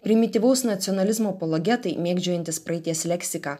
primityvaus nacionalizmo apologetai mėgdžiojantys praeities leksiką